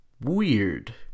weird